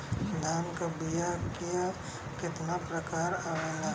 धान क बीया क कितना प्रकार आवेला?